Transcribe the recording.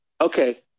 Okay